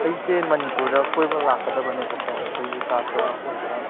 ꯑꯩꯁꯦ ꯃꯅꯤꯄꯨꯔꯗ ꯀꯣꯏꯕ ꯂꯥꯛꯀꯗꯕꯅꯦꯕꯀꯣ ꯑꯩꯈꯣꯏꯒꯤ ꯁꯥꯇ꯭ꯔ ꯑꯣꯏꯕ